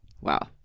Wow